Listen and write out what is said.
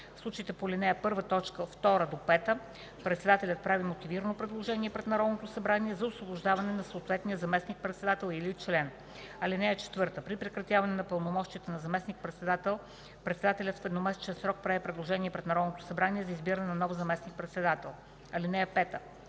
В случаите по ал. 1, т. 2-5 председателят прави мотивирано предложение пред Народното събрание за освобождаване на съответния заместник-председател или член. (4) При прекратяване на пълномощията на заместник-председател, председателят в едномесечен срок прави предложение пред Народното събрание за избиране на нов заместник-председател. (5)